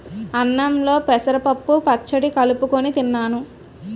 అన్నంలో పెసరపప్పు పచ్చడి కలుపుకొని తిన్నాను